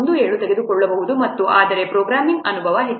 17 ತೆಗೆದುಕೊಳ್ಳಬಹುದು ಮತ್ತು ಆದರೆ ಪ್ರೋಗ್ರಾಮಿಂಗ್ ಅನುಭವ ಹೆಚ್ಚು